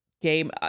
game